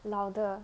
louder